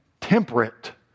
temperate